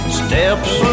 steps